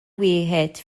wieħed